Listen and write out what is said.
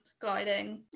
gliding